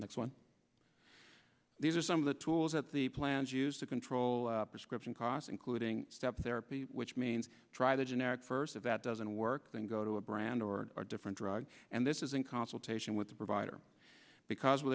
next one these are some of the tools that the plans use to control prescription costs including step therapy which means try the generic first of that doesn't work then go to a brand or a different drug and this is in consultation with the provider because they're